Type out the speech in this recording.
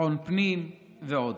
ביטחון הפנים ועוד.